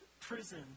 prison